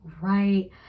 right